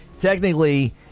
Technically